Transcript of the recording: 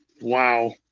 Wow